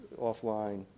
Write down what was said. off-line.